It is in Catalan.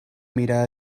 mira